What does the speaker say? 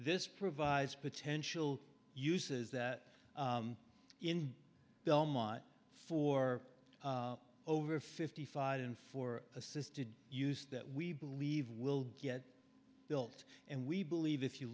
this provides potential uses that in belmont for over fifty five and for assisted use that we believe will get built and we believe if you